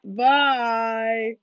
bye